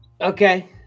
Okay